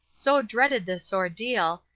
so dreaded this ordeal,